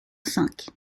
cinq